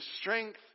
strength